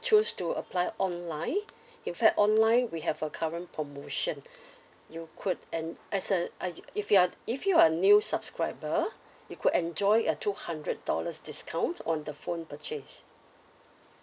choose to apply online in fact online we have a current promotion you could and as a are you if you are if you are new subscriber you could enjoying a two hundred dollars discount on the phone purchase